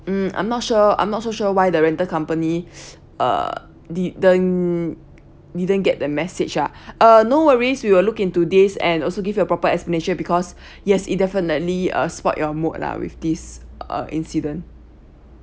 um I'm not sure I'm not so sure why the rental company uh didn't didn't get the message ah uh no worries we will look into this and also give you a proper explanation because yes it definitely uh spoil your mood lah with this uh incident